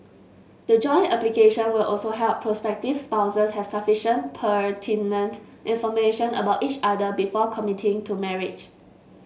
the joint application will also help prospective spouses have sufficient pertinent information about each other before committing to marriage